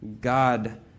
God